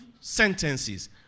sentences